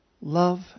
love